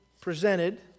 presented